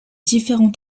différentes